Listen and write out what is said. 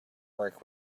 work